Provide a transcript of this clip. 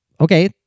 okay